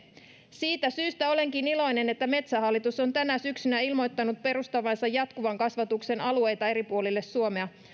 siitä syystä olenkin iloinen että metsähallitus on tänä syksynä ilmoittanut perustavansa jatkuvan kasvatuksen alueita eri puolille suomea